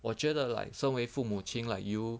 我觉得 like 身为父母亲 like you